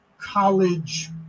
college